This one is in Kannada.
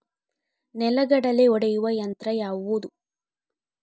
ನೆಲಗಡಲೆ ಒಡೆಯುವ ಯಂತ್ರ ಯಾವುದು?